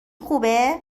خوبه